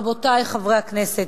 רבותי חברי הכנסת,